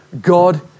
God